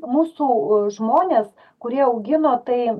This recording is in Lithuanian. mūsų žmonės kurie augino tai